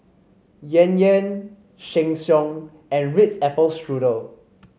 Yan Yan Sheng Siong and Ritz Apple Strudel